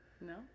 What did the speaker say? No